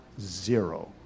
zero